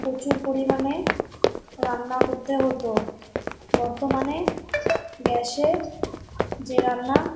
প্রচুর পরিমাণে রান্না করতে হতো বর্তমানে গ্যাসে যে রান্না